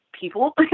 people